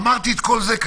אמרתי את כל זה.